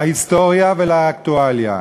להיסטוריה ולאקטואליה: